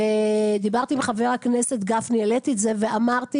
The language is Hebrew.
דיברתי עם חבר הכנסת גפני ואמרתי